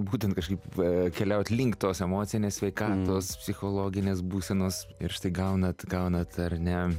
būtent kažkaip keliaut link tos emocinės sveikatos psichologinės būsenos ir štai gaunat gaunat ar ne